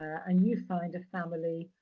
and you find a family,